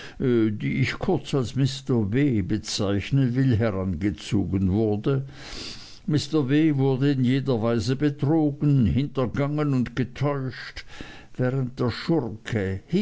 die ich kurz als mr w bezeichnen will herangezogen wurde mr w wurde in jeder weise betrogen hintergangen und getäuscht während der schurke